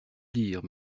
dire